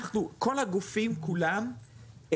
אנחנו, כל הגופים כולם,